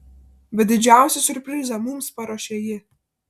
bet didžiausią siurprizą mums paruošė ji